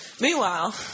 meanwhile